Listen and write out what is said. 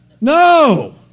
No